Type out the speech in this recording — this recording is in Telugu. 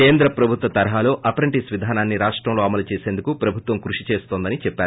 కేంద్రప్రభుత్వ తరహాలో అప్రెంటీస్ విధానాన్ని రాష్టంలో అమలు చేసేందుకు ప్రభుత్వం కృషి చేస్తోందని చెప్పారు